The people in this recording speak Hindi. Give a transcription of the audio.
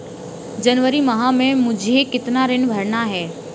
जनवरी माह में मुझे कितना ऋण भरना है?